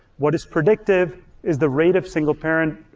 what is predictive is the rate of single-parent